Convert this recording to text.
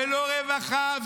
ולא רווחה,